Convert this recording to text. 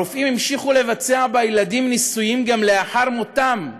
הרופאים המשיכו לבצע בילדים ניסויים גם לאחר מותם,